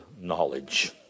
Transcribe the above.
knowledge